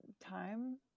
time